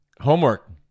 homework